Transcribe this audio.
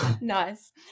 Nice